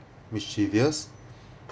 mischievous